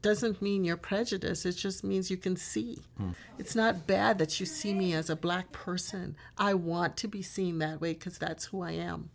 doesn't mean your prejudice it just means you can see it's not bad that you see me as a black person i want to be seen that way because that's who i am